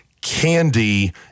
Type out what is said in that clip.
candy